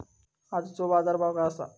आजचो बाजार भाव काय आसा?